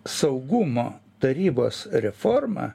saugumo tarybos reformą